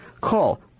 Call